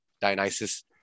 dionysus